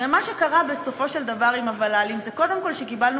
הרי מה שקרה בסופו של דבר עם הוול"לים זה קודם כול שקיבלנו